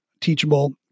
Teachable